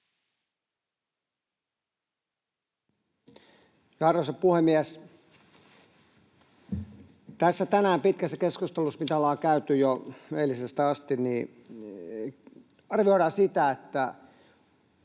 Arvoisa puhemies! Tänään tässä pitkässä keskustelussa, mitä ollaan käyty jo eilisestä asti, arvioidaan sitä, onko